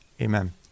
Amen